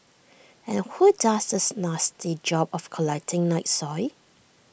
and who does this nasty job of collecting night soil